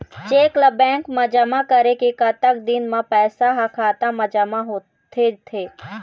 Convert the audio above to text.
Cheque ला bank मा जमा करे के कतक दिन मा पैसा हा खाता मा जमा होथे थे?